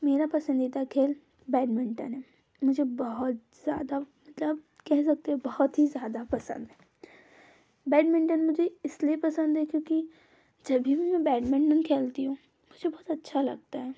मेरा पसंदीदा खेल बैडमिंटन है मुझे बहुत ज़्यादा मतलब कह सकते हैं बहुत ही ज़्यादा पसंद है बैडमिंटन मुझे इसलिए पसंद है क्योंकि जब भी मैं बैडमिंटन खेलती हूँ मुझे बहुत अच्छा लगता है